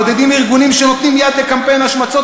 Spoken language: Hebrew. מעודדים ארגונים שנותנים יד לקמפיין השמצות